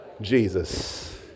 Jesus